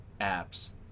apps